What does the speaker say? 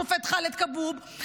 השופט ח'אלד כבוב,